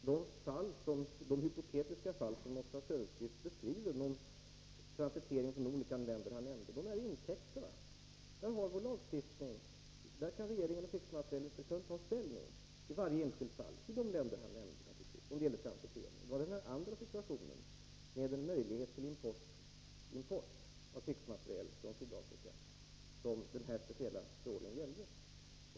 Herr talman! De hypotetiska fall som Oswald Söderqvist beskriver — med transitering från de olika länder han nämnde — är intäckta. Där gäller vår lagstiftning. Regeringen och krigsmaterielinspektören kan ta ställning i varje enskilt fall beträffande de länder han nämnde och med avseende på transitering. Den speciella förordningen gällde den andra situationen — med möjlighet till import av krigsmateriel från Sydafrika.